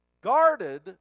guarded